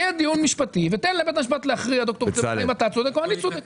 יהיה דיון משפטי ותן לבית המשפט להכריע אם אתה צודק או אני צודק.